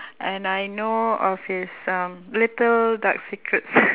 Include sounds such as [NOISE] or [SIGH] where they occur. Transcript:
and I know of his um little dark secret [NOISE]